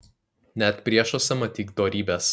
net priešuose matyk dorybes